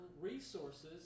resources